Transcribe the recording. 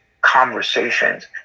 conversations